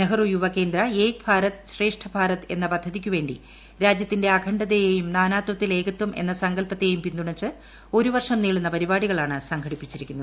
നെഹ്റു യുവകേന്ദ്ര ഏക് ഭാരത് ശ്രേഷ്ഠ ഭാരത് എന്ന പദ്ധതിക്കുവേണ്ടി രാജ്യത്തിന്റെ അഖണ്ഡതയേയും നാനാത്വത്തിൽ ഏകത്വം എന്ന സങ്കല്പത്തെയും പിന്തുണച്ച് ഒരു വർഷം നീളുന്ന പരിപാടികളാണ് സംഘടിപ്പിച്ചിരിക്കുന്നത്